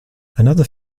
another